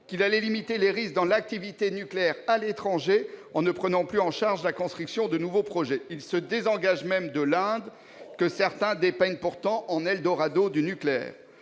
qu'il allait limiter les risques dans l'activité nucléaire à l'étranger, en ne prenant plus en charge la construction de nouveaux projets. Il se désengage même de l'Inde, que certains dépeignent pourtant en eldorado du nucléaire.